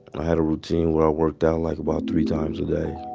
and i had a routine where i worked out like about three times a day.